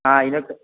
ആ അത നൊക്കെ